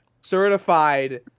certified